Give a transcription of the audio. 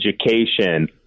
education